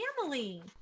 family